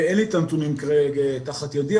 אין לי את הנתונים כרגע תחת ידי,